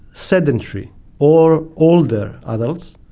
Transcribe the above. sedentary or older adults,